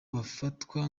bafatwa